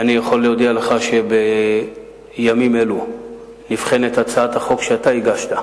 אני יכול להודיע לך שבימים אלו נבחנת הצעת החוק שאתה הגשת,